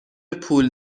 پول